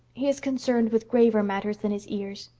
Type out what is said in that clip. he is concerned with graver matters than his ears.